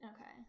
okay